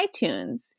iTunes